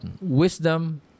wisdom